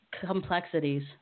complexities